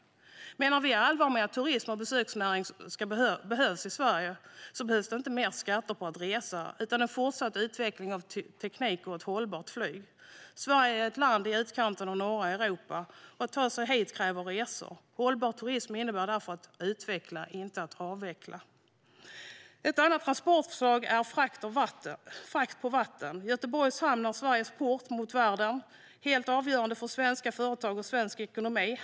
Om vi menar allvar med att turism och besöksnäring behövs i Sverige behövs inte mer skatter på resandet utan i stället att utvecklingen av teknik för ett hållbart flyg fortsätter. Sverige är ett land i utkanten av norra Europa, och att ta sig hit kräver resor. Hållbar turism innebär därför att utveckla, inte att avveckla. Ett annat transportslag är frakt på vatten. Göteborgs hamn är Sveriges port mot världen och helt avgörande för svenska företag och svensk ekonomi.